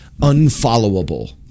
unfollowable